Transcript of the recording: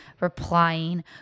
replying